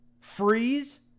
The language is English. freeze